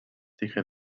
dije